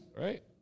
Right